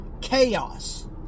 chaos